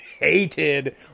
Hated